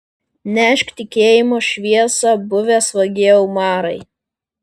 nešk tikėjimo šviesą buvęs vagie umarai